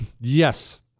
Yes